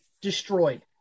destroyed